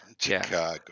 Chicago